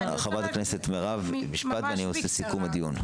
חברת הכנסת מירב, משפט, ואני עושה סיכום לדיון.